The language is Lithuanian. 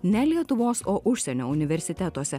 ne lietuvos o užsienio universitetuose